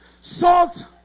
Salt